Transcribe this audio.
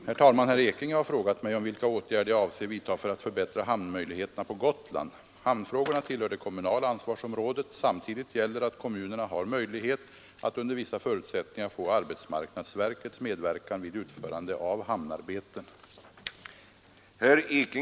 Herr talman! Herr Ekinge har frågat mig om vilka åtgärder jag avser vidtaga för att förbättra hamnmöjligheterna på Gotland. Hamnfrågorna tillhör det kommunala ansvarsområdet. Samtidigt gäller att kommunerna har möjlighet att under vissa förutsättningar få arbetsmarknadsverkets medverkan vid utförande av hamnarbeten.